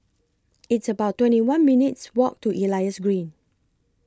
It's about twenty one minutes' Walk to Elias Green